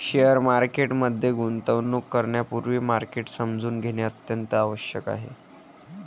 share market मध्ये गुंतवणूक करण्यापूर्वी मार्केट समजून घेणे अत्यंत आवश्यक आहे